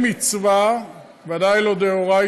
למנוע כניסה לישראל ממישהו שאתה לא מעוניין שהוא ייכנס?